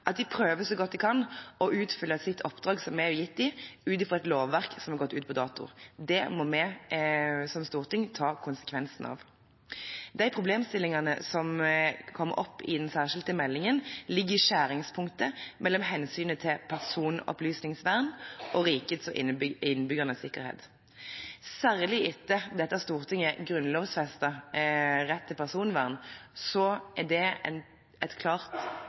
at de prøver så godt de kan å utfylle det oppdraget vi har gitt dem, ut fra et lovverk som har gått ut på dato. Det må vi som storting ta konsekvensene av. De problemstillingene som kom opp i den særskilte meldingen, ligger i skjæringspunktet mellom hensynet til personopplysningsvern og rikets og innbyggernes sikkerhet. Særlig at dette stortinget grunnlovfestet rett til personvern, er en